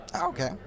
Okay